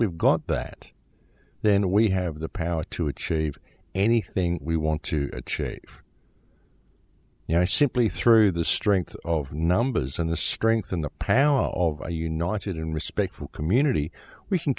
we've got that then we have the power to achieve anything we want to chase you know i simply threw the strength of numbers and the strength in the power of our united and respectful community we can